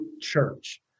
church